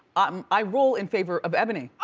um i rule in favor of ebony.